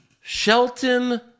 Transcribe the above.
Shelton